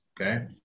Okay